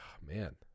man